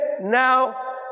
now